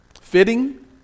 Fitting